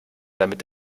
damit